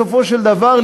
בסופו של דבר,